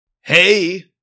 Hey